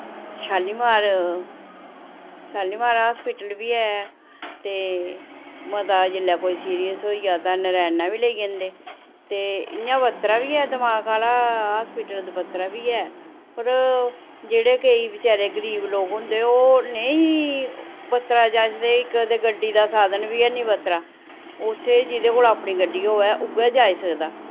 Shalimar Shalimar hospital बी ऐ ते मता जिल्लै कोई सीरियस होई जां तां नारायणा बी लेई जन्दे ते इयां बत्रा बी ऐ दमाक आह्ला हास्पिटल ते बत्रा बी ऐ पर जेह्ड़े केई बचारे गरीब लोक होंदे ओह् नेईं बत्रा जाई सकदे इक ते गड्डी दा साधन बी हैनी बत्रा उत्थै जिदे कोल अपनी गड्डी होऐ उ'ऐ जाई सकदा